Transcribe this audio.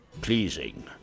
pleasing